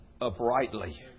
uprightly